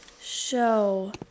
Show